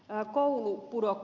arvoisa puhemies